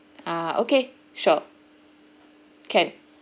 ah okay sure can